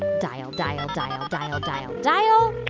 dial, dial, dial, dial, dial, dial